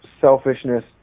selfishness